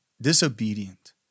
disobedient